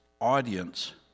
audience